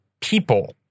people